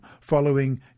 following